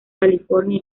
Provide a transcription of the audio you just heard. california